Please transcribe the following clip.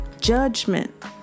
judgment